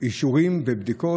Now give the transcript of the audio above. איש אישורים ובדיקות,